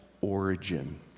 origin